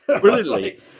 Brilliantly